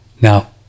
Now